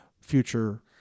future